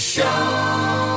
Show